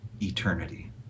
eternity